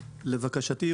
לבקשתי,